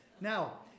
Now